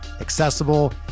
accessible